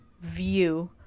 view